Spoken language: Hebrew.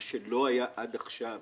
מה שלא היה עד עכשיו.